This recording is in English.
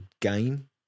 game